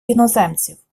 іноземців